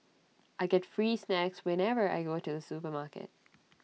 I get free snacks whenever I go to the supermarket